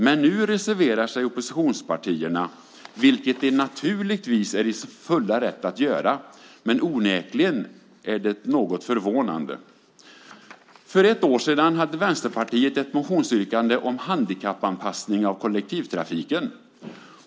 Men nu reserverar sig oppositionspartierna, vilket de naturligtvis är i sin fulla rätt att göra. Men onekligen är det något förvånande. För ett år sedan hade Vänsterpartiet ett motionsyrkande om handikappanpassning av kollektivtrafiken.